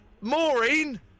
Maureen